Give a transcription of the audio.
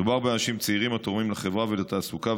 מדובר באנשים צעירים התורמים לחברה ולתעסוקה,